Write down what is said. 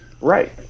Right